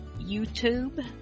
YouTube